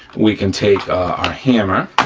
we can take our hammer,